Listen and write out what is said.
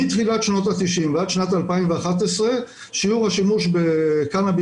מתחילת שנות ה-90 ועד שנת 2011 שיעור השימוש בקנביס